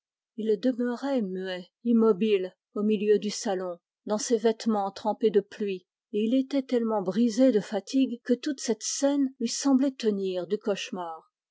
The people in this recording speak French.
demeurait muet dans ses vêtements trempés de pluie et il était tellement brisé de fatigue que toute cette scène lui semblait tenir du cauchemar